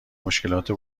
مشکلات